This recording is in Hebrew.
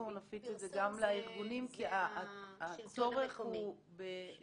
אנחנו נפיץ את זה גם לארגונים כי הצורך הוא בפרסום.